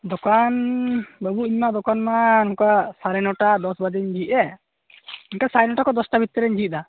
ᱫᱚᱠᱟᱱ ᱵᱟᱹᱵᱩ ᱤᱧᱢᱟ ᱫᱚᱠᱟᱱᱢᱟ ᱚᱱᱠᱟ ᱥᱟᱲᱮᱱᱚᱴᱟ ᱫᱚᱥ ᱵᱟᱡᱮᱧ ᱡᱷᱤᱡ ᱮᱫ ᱚᱱᱛᱮ ᱥᱟᱲᱮᱱᱚᱴᱟ ᱠᱷᱚᱱ ᱫᱚᱥᱴᱟ ᱵᱷᱤᱛᱤᱨ ᱨᱤᱧ ᱡᱷᱤᱡ ᱮᱫᱟ